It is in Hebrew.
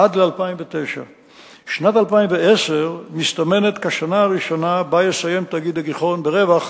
עד 2009. שנת 2010 מסתמנת כשנה הראשונה שבה יסיים תאגיד "הגיחון" ברווח.